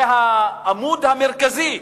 זה העמוד המרכזי